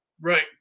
Right